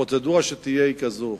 הפרוצדורה שתהיה היא כזאת: